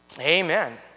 Amen